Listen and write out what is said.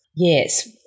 Yes